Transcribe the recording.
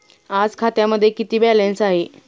आज खात्यामध्ये किती बॅलन्स आहे?